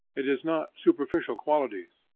it is not superficial qualities.